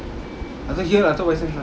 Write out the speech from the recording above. அடுத்த:adutha question